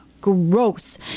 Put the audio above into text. Gross